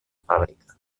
fàbrica